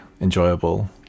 enjoyable